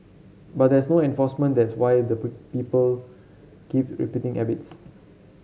but there's no enforcement that's why the people keep to repeating habits